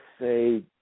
say